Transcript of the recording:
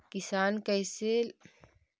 किसान लोन कैसे ले सक है?